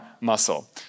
muscle